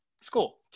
school